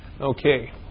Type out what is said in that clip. Okay